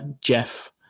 jeff